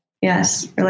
Yes